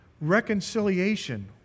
Reconciliation